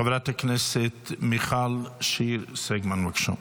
חברת הכנסת מיכל שיר סגמן, בבקשה.